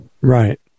Right